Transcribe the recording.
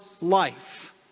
life